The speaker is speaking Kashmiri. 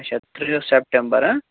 اَچھا ترٛہ سیپٹمبَر